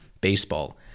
Baseball